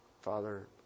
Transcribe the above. father